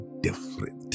different